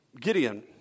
Gideon